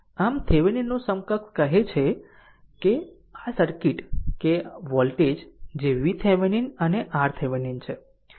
આમ તેના થેવીનિન નું સમકક્ષ કહે છે કે આ સર્કિટ કે આ વોલ્ટેજ જે vThevenin અને RThevenin છે